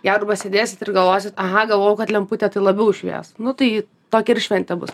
ją arba sėdėsit ir galvosit aha galvoju kad lemputė tai labiau švies nu tai tokia ir šventė bus